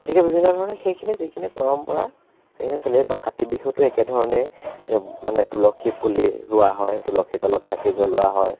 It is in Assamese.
গতিকে বিভিন্ন ধৰণৰ সেইখিনি যিখিনি পৰম্পৰা সেইখিনি চলি আছে বা কাতি বিহুতো একেধৰণেৰে মানে তুলসী পুলি ৰোৱা হয় তুলসীৰ তলত চাকি জ্বলোৱা হয়